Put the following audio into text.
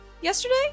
Yesterday